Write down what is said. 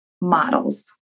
models